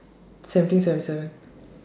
seventeen seven seven